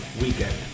weekend